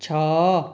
ଛଅ